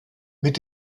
mit